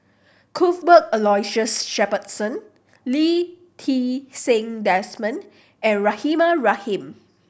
Cuthbert Aloysius Shepherdson Lee Ti Seng Desmond and Rahimah Rahim